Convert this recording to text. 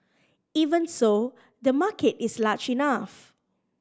even so the market is large enough